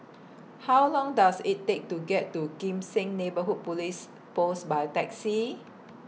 How Long Does IT Take to get to Kim Seng Neighbourhood Police Post By Taxi